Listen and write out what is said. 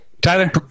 Tyler